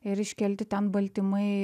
ir iškelti ten baltymai